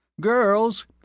Girls